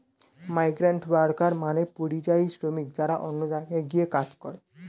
migrant worker মানে পরিযায়ী শ্রমিক যারা অন্য জায়গায় গিয়ে কাজ করে